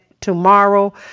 tomorrow